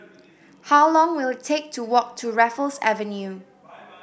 how long will it take to walk to Raffles Avenue